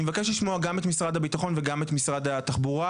אני מבקש לשמוע גם את משרד הביטחון וגם את משרד התחבורה,